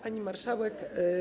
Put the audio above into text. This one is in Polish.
Pani Marszałek!